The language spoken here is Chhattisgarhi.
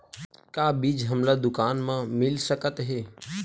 का बीज हमला दुकान म मिल सकत हे?